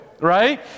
right